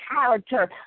character